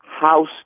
house